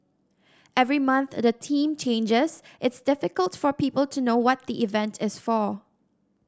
every month the theme changes it's difficult for people to know what the event is for